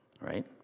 right